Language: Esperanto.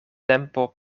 tempo